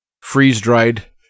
freeze-dried